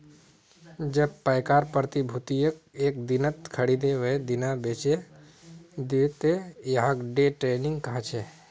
जब पैकार प्रतिभूतियक एक दिनत खरीदे वेय दिना बेचे दे त यहाक डे ट्रेडिंग कह छे